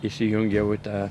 įsijungiau į tą